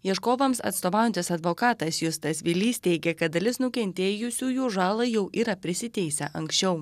ieškovams atstovaujantis advokatas justas vilys teigia kad dalis nukentėjusiųjų žalą jau yra prisiteisę anksčiau